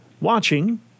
watching